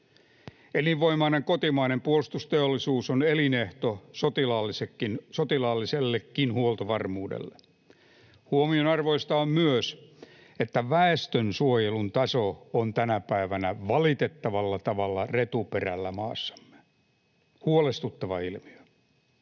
Elinvoimainen kotimainen puolustusteollisuus on elinehto sotilaallisellekin huoltovarmuudelle. Huomionarvoista on myös, että väestönsuojelun taso on tänä päivänä valitettavalla tavalla retuperällä maassamme — huolestuttava ilmiö.